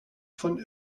von